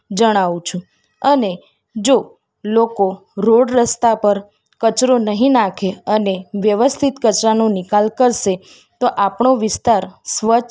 જણાવું છું અને જો લોકો રોડ રસ્તા પર કચરો નહીં નાખે અને વ્યવસ્થિત કચરાનું નિકાલ કરશે તો આપણો વિસ્તાર સ્વચ્છ